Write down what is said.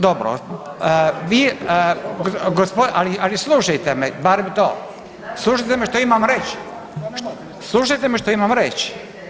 Dobro, vi, ali slušajte me barem to, slušajte me što imam reći, slušajte me što imam reći.